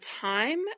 time